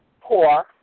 poor